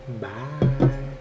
Bye